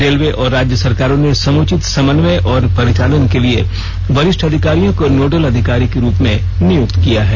railway और राज्य सरकारों ने समुचित समन्वय और परिचालन के लिए वरिष्ठ अधिकारियों को नोडल अधिकारी के रूप में नियुक्त किया है